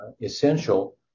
essential